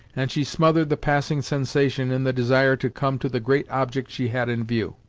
and she smothered the passing sensation in the desire to come to the great object she had in view.